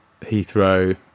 Heathrow